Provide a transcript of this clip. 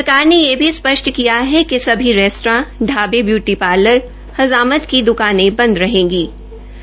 सरकार ने यह भी स्पष्ट किया है कि सभी रेस्तरा ढाबे ब्यूटी पार्लर हजामत की दुकाने बंद रहेंगे